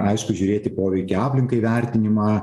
aišku žiūrėti poveikio aplinkai vertinimą